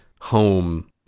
home